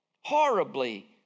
horribly